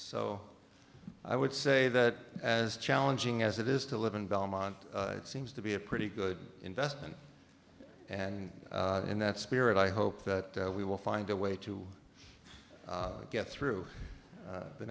so i would say that as challenging as it is to live in belmont it seems to be a pretty good investment and in that spirit i hope that we will find a way to get through